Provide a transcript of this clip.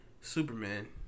Superman